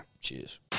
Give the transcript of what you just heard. Cheers